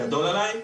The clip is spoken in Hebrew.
גדול עליי,